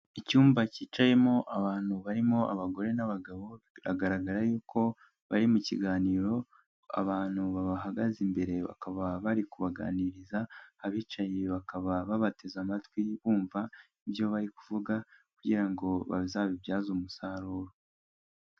Icyumba cyicayemo abantu barimo abagore n'abagabo biragaragara yuko bari mu kiganiro, abantu babahagaze imbere bakaba bari kubaganiriza, abicaye bakaba babateze amatwi bumva ibyo bari kuvuga kugira ngo bazabibyaze umusaruro.